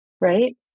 Right